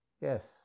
Yes